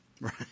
Right